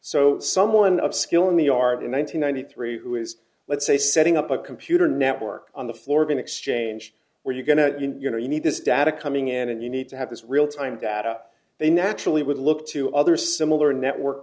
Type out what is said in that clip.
so someone of skill in the art in one thousand nine hundred three who is let's say setting up a computer network on the floor of an exchange where you're going to you know you need this data coming in and you need to have this real time data they naturally would look to other similar network